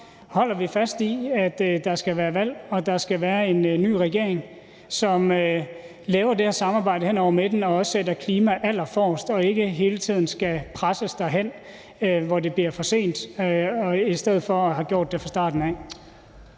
holder vi fast i, at der skal være valg, og der skal være en ny regering, som laver det her samarbejde hen over midten og også sætter klimaet allerforrest og ikke hele tiden skal presses der hen, hvor det bliver for sent, i stedet for at have gjort det fra starten af.